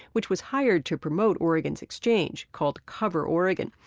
which was hired to promote oregon's exchange called cover oregon.